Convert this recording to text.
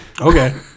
okay